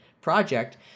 project